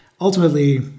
ultimately